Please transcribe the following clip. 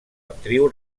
actriu